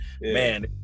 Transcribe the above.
Man